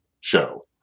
show